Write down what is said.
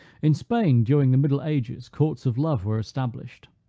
in spain, during the middle ages, courts of love were established.